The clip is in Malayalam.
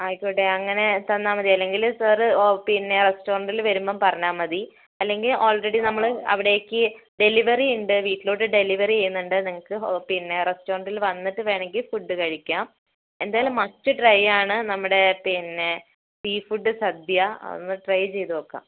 ആയിക്കോട്ടെ അങ്ങനെ തന്നാൽമതി അല്ലെങ്കിൽ സർ പിന്നെ റെസ്റ്റോറൻറിൽ വരുമ്പം പറഞ്ഞാൽ മതി അല്ലെങ്കിൽ ഓൾറെഡി നമ്മൾ അവിടേക്ക് ഡെലിവറിയുണ്ട് വീട്ടിലോട്ട് ഡെലിവറി ചെയ്യുന്നുണ്ട് നിങ്ങൾക്ക് പിന്നെ റെസ്റ്റോറൻറിൽ വന്നിട്ട് വേണമെങ്കിൽ ഫുഡ് കഴിക്കാം എന്തായാലും മസ്റ്റ് ട്രൈയാണ് നമ്മുടെ പിന്നെ സീ ഫുഡ് സദ്യ അതൊന്നു ട്രൈ ചെയ്തുനോക്കാം